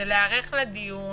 להיערך לדיון.